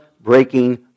breaking